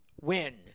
win